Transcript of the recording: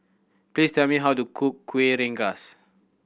please tell me how to cook Kuih Rengas